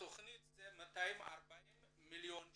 התכנית הוא 240 מיליון ₪.